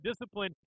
Discipline